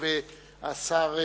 והצעת חוק פ/1901/18,